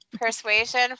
persuasion